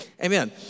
Amen